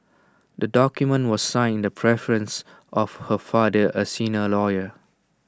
the document was signed in the presence of her father A senior lawyer